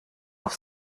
auf